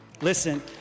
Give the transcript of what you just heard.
Listen